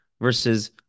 versus